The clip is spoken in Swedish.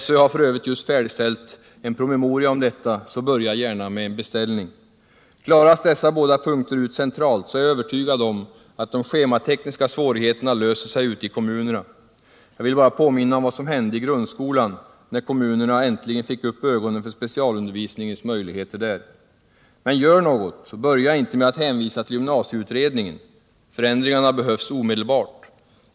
SÖ har f. ö. just färdigställt en promemoria om detta, så börja gärna med en beställning! Klaras dessa båda punkter ut centralt, är jag övertygad om att de schematekniska svårigheterna löser sig ute i kommunerna. Jag vill bara påminna om vad som hände i grundskolan, när kommunerna fick upp ögonen för specialundervisningens möjligheter där. Men gör något, och börja inte med att hänvisa till gymnasieutredningen! Förändringarna behövs omedelbart.